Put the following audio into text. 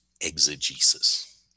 exegesis